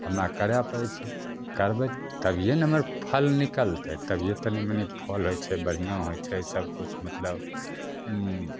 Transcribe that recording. तऽ हमरा करै पड़ै छै करबै तभिए नऽ हमर फल निकलतै तभिए तनी मनि फल होइ छै बढ़ियाँ होइ छै सबकुछ मतलब